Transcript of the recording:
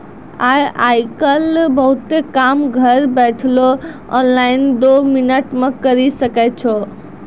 आय काइल बहुते काम घर बैठलो ऑनलाइन दो मिनट मे करी सकै छो